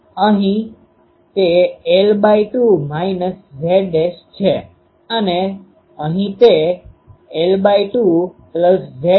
તો અહીં તે l2 Z છે અને અહી તે l2Z છે